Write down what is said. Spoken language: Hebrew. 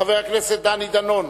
חבר הכנסת דני דנון,